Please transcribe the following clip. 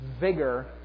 vigor